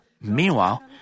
Meanwhile